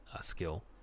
skill